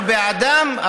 אנחנו בעדם,